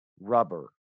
rubber